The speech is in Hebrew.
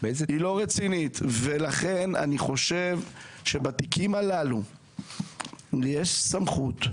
לכן אני חושב שבתיקים הללו יש סמכות,